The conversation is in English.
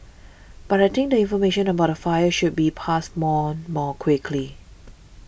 but I think the information about the fire should be passed more more quickly